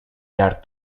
llarg